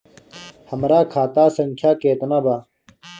हमरा खाता संख्या केतना बा?